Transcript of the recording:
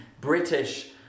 British